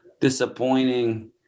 disappointing